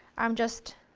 i'm just